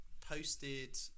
posted